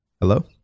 Hello